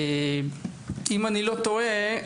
אם איני טועה,